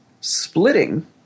splitting